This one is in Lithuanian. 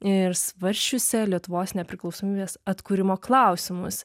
ir svarsčiusią lietuvos nepriklausomybės atkūrimo klausimus